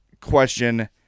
question